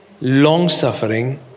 long-suffering